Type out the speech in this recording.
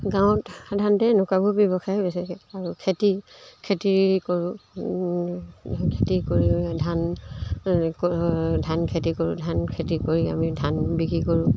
গাঁৱত সাধাৰণতে এনেকুৱাবোৰ ব্যৱসায় বেছি আৰু খেতি খেতি কৰোঁ খেতি কৰি ধান ধান খেতি কৰোঁ ধান খেতি কৰি আমি ধান বিক্ৰী কৰোঁ